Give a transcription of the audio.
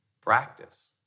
practice